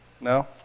No